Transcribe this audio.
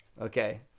Okay